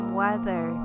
weather